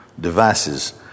devices